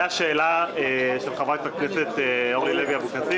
זה גם על קבורה רוויה וקבורה